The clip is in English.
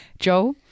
Joel